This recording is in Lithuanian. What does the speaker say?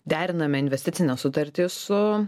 deriname investicinę sutartį su